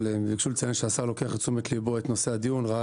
רצוי לציין שהשר לוקח לליבו את נושא הדיון ראה